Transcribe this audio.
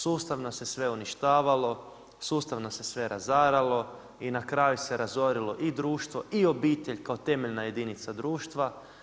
Sustavno se sve uništavalo, sustavno se sve razaralo i na kraju se razorilo i društvo i obitelj kao temeljna jedinica društva.